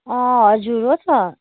हजुर हो त